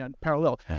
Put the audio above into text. parallel